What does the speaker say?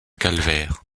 calvaire